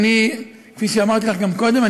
כפי שאמרתי לך גם קודם,